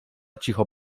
cicho